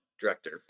director